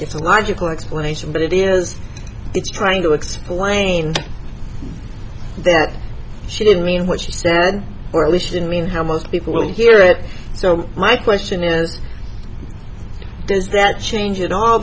it's a logical explanation but it is it's trying to explain that she didn't mean what she said or at least in mean how most people will hear it so my question is does that change at all